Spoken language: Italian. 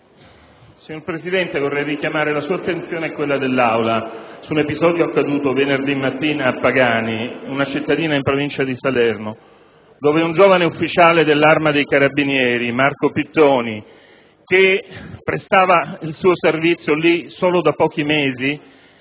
Signor Presidente, vorrei richiamare l'attenzione sua e dell'Assemblea su un episodio avvenuto venerdì mattina a Pagani, una cittadina in provincia di Salerno, dove un giovane ufficiale dell'Arma dei carabinieri, Marco Pittoni, che prestava il suo servizio lì solo da pochi mesi,